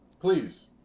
Please